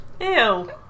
ew